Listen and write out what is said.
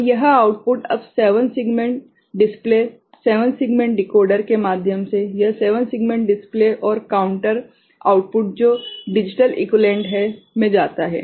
और यह आउटपुट अब 7 सेगमेंट डिस्प्ले 7 सेगमेंट डिकोडर के माध्यम से यह 7 सेगमेंट डिस्प्ले और काउंटर आउटपुट जो डिजिटल इक्वीवेलेंट है में जाता है